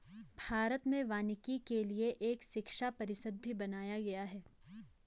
भारत में वानिकी के लिए एक शिक्षा परिषद भी बनाया गया है